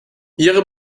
ihre